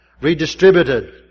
redistributed